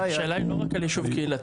השאלה היא לא רק על יישוב קהילתי,